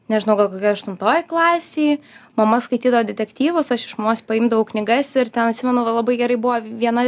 nežinau gal kokioj aštuntoj klasėj mama skaitydavo detektyvus aš iš mamos paimdavau knygas ir ten atsimenu va labai gerai buvo viena